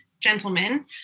gentlemen